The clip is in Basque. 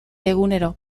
egunero